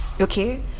Okay